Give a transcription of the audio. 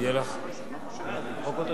תודה רבה.